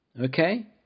Okay